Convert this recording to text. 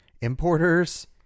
importers